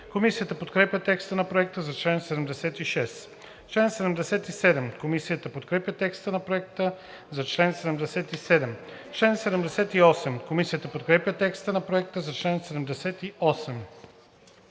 Комисията подкрепя текста на Проекта за чл. 76.